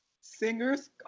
Singers